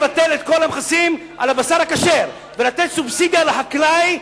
הגיוני לבטל את כל המסים על הבשר הכשר ולתת סובסידיה לחקלאי,